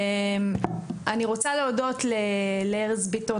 אני רוצה להודות לארז ביטון,